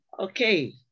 Okay